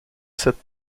cette